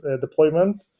deployment